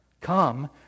Come